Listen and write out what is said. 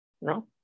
No